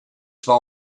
zwar